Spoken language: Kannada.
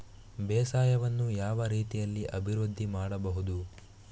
ಬೇಸಾಯವನ್ನು ಯಾವ ರೀತಿಯಲ್ಲಿ ಅಭಿವೃದ್ಧಿ ಮಾಡಬಹುದು?